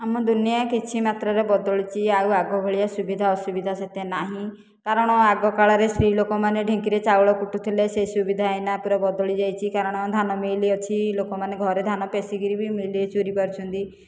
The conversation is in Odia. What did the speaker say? ଆମ ଦୁନିଆଁ କିଛି ମାତ୍ରାରେ ବଦଳିଛି ଆଉ ଆଗ ଭଳିଆ ସୁବିଧା ଅସୁବିଧା ସେତେ ନାହିଁ କାରଣ ଆଗକାଳରେ ସ୍ତ୍ରୀଲୋକମାନେ ଢିଙ୍କିରେ ଚାଉଳ କୁଟୁଥିଲେ ସେ ସୁବିଧା ଏଇନା ପୁରା ବଦଳି ଯାଇଛି କାରଣ ଧାନ ମିଲ୍ ଅଛି ଲୋକମାନେ ଘରେ ଧାନ ପେସିକରି ବି ମିଲ୍ ରେ ଚୁରି ପାରୁଛନ୍ତି